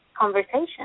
conversation